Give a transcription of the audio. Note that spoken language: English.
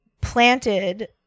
planted